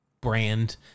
brand